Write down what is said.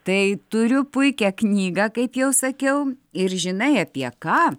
tai turiu puikią knygą kaip jau sakiau ir žinai apie ką